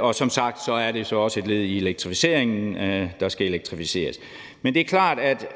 og som sagt er det også et led i elektrificeringen, for der skal elektrificeres. Men det er klart, at